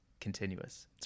Continuous